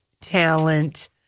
talent